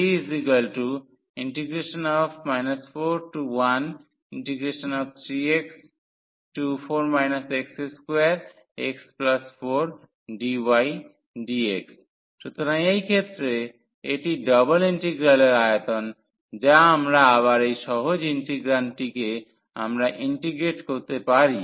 V 413x4 x2x4dydx সুতরাং এই ক্ষেত্রে এটি ডবল ইন্টিগ্রালের আয়তন যা আমরা আবার এই সহজ ইন্টিগ্রান্ডটিকে আমরা ইন্টিগ্রেট করতে পারি